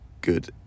good